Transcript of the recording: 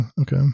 Okay